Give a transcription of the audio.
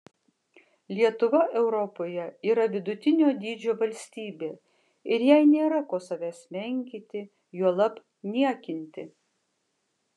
lietuva europoje yra vidutinio dydžio valstybė ir jai nėra ko savęs menkinti juolab niekinti